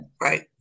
Right